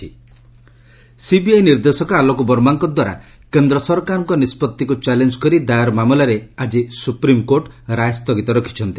SC CBI reserve CBI ନିର୍ଦ୍ଦେଶକ ଆଲୋକ ବର୍ମାଙ୍କ ଦ୍ୱାରା କେନ୍ଦ୍ର ସରକାରଙ୍କ ନିଷ୍କଭିକୁ ଚ୍ୟାଲେଞ୍ଜ କରି ଦାୟର ମାମଲାରେ ଆଜି ସୁପ୍ରିମ୍କୋର୍ଟ ନିଷ୍କଭି ସ୍ଥଗିତ ରଖିଛନ୍ତି